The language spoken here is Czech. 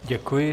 Děkuji.